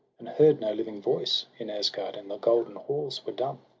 and heard no living voice in asgard and the golden halls were dumb.